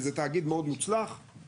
וזה תאגיד מאוד מוצלח.